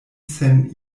sen